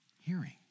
Hearing